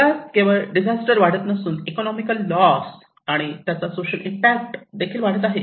जगात केवळ डिजास्टर वाढत नसून इकॉनोमिक लॉस आणि त्याचा सोशल इम्पॅक्ट वाढत आहे